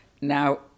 Now